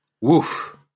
Woof